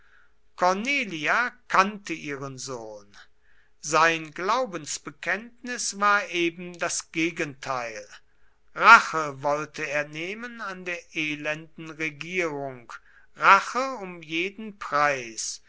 cornelia kannte ihren sohn sein glaubensbekenntnis war eben das gegenteil rache wollte er nehmen an der elenden regierung rache um jeden preis